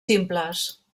simples